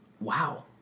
Wow